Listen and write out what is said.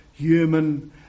human